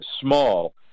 small